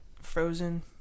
Frozen